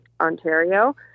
Ontario